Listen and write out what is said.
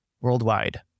worldwide